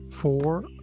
four